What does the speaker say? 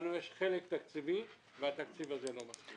לנו יש חלק תקציבי והתקציב הזה לא מספיק.